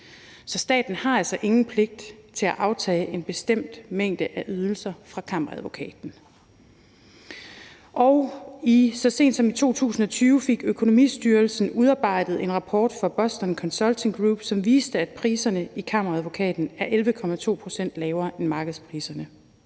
Så staten har altså ingen pligt til at aftage en bestemt mængde ydelser fra Kammeradvokaten. Og så sent som i 2020 fik Økonomistyrelsen udarbejdet en rapport fra Boston Consulting Group, som viste, at priserne hos Kammeradvokaten er 11,2 pct. lavere end markedspriserne.